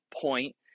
point